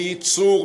בייצור,